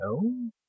No